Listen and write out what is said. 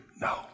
No